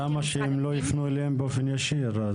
למה שהם לא יפנו אליהם באופן ישיר?